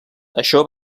això